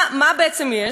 מה בעצם יש?